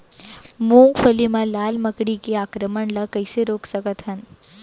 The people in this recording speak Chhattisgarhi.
मूंगफली मा लाल मकड़ी के आक्रमण ला कइसे रोक सकत हन?